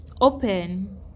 open